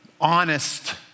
honest